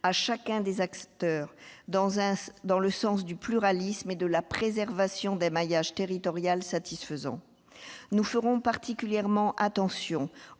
chacun des acteurs, dans le sens du pluralisme et de la préservation d'un maillage territorial satisfaisant. Nous serons particulièrement vigilants